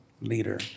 leader